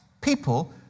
people